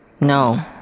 No